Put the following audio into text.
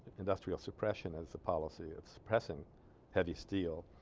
industrial suppression as the policy of suppressing heavy steel